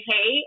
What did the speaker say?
Hey